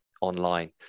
online